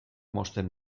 mozten